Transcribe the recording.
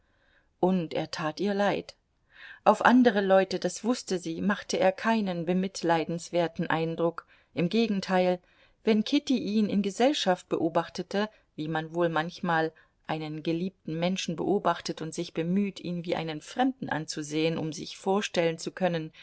und er tat ihr leid auf andere leute das wußte sie machte er keinen bemitleidenswerten eindruck im gegenteil wenn kitty ihn in gesellschaft beobachtete wie man wohl manchmal einen geliebten menschen beobachtet und sich bemüht ihn wie einen fremden anzusehen um sich vorstellen zu können